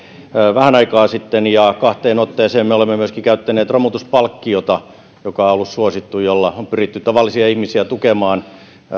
vähän aikaa sitten ja kahteen otteeseen me olemme myöskin käyttäneet romutuspalkkiota joka on ollut suosittu ja jolla on pyritty tavallisia ihmisiä tukemaan